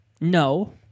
no